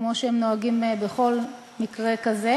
כמו שהם נוהגים בכל מקרה כזה.